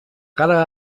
cara